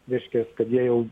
reiškias kad jie jau